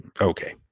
okay